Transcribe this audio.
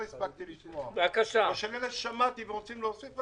הספקתי לשמוע או של אלה ששמעתי ורוצים להוסיף,